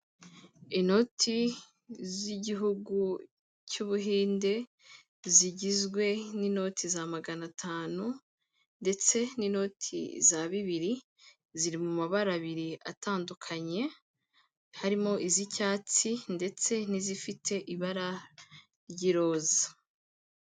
Inoti z'igihugu cy'Ubuhinde zigizwe n'inoti za magana atanu, ndetse n'inoti za bibiri, ziri mu mabara abiri atandukanye, harimo iz'icyatsi ndetse n'izifite ibara ry'iroza.